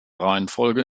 reihenfolge